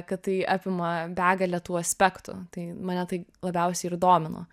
kad tai apima begalę tų aspektų tai mane tai labiausiai ir domino